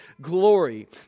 glory